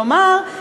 כלומר,